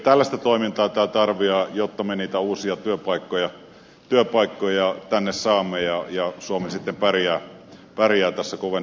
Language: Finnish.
tällaista toimintaa tämä tarvitsee jotta me niitä uusia työpaikkoja tänne saamme ja suomi sitten paria varjakassa kuvan